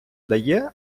дає